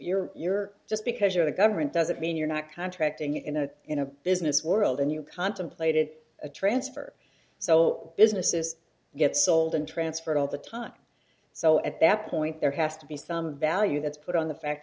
you're you're just because you're the government doesn't mean you're not contracting in a in a business world and you contemplated a transfer so all business is get sold and transferred all the time so at that point there has to be some value that's put on the fact